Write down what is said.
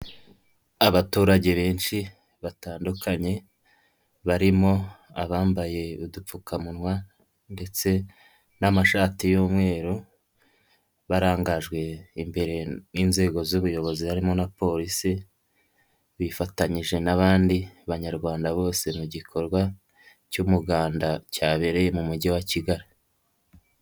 Abaturage benshi batandukanye barimo abambaye udupfukamunwa ndetse n'amashati y'umweru. barangajwe imbere n'inzego z'ubuyobozi harimo na polisi, bifatanyije n'abandi banyarwanda bose mu gikorwa cy'umuganda cyabereye mu mugi wa Kigali.